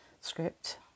script